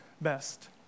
best